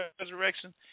resurrection